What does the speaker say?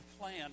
plan